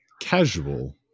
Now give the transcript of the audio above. casual